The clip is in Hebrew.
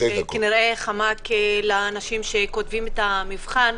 שכנראה חמק לאנשים שכותבים את המבחן.